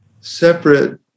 separate